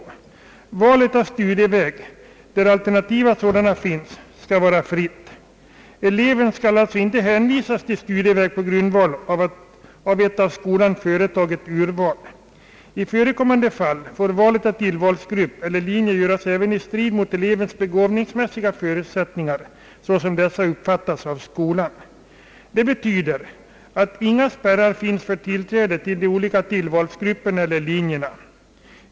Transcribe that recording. Valet av studieväg, där alternativa sådana finns, skall vara fritt. Eleven skall alltså inte hänvisas till studieväg på grundval av ett av skolan företaget urval. I förekommande fall får valet av tillvalsgrupp eller linje göras även i strid mot elevens begåvningsmässiga förutsättningar, såsom dessa uppfattas av skolan.» Det betyder att inga spärrar finns för tillträde till de olika tillvalsgrupperna eller linjerna.